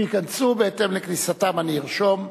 אם ייכנסו, בהתאם לכניסתם אני ארשום.